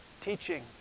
teaching